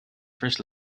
first